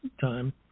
time